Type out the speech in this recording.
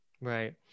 Right